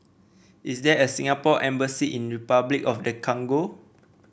is there a Singapore Embassy in Repuclic of the Congo